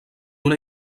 una